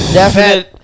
definite